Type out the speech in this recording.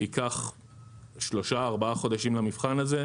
ייקח 3-4 חודשים למבחן הזה.